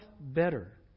better